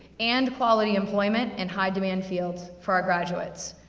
and quality employment in high demand fields for our graduates.